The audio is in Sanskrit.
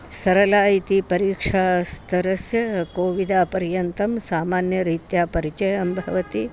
सरला इति परीक्षा स्तरस्य कोविदपर्यन्तं सामान्यरीत्या परिचयं भवति